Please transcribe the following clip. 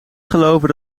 geloven